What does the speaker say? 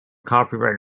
copyright